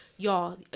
Y'all